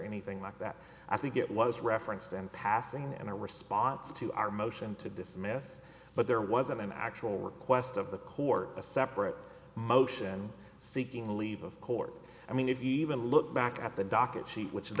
anything like that i think it was referenced in passing and in response to our motion to dismiss but there was an actual request of the court a separate motion seeking leave of court i mean if you even look back at the docket sheet wh